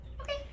Okay